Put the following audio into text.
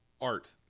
art